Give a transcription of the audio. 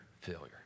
failure